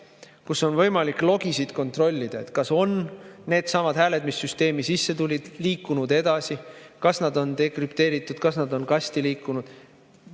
kus on võimalik logisid kontrollida, kas on need hääled, mis süsteemi sisse tulid, liikunud edasi, kas nad on dekrüpteeritud, kas nad on kasti liikunud.